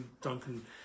Duncan